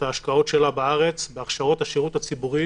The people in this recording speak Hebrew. ההשקעות שלה בארץ בהכשרות השירות הציבורי